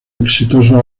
exitoso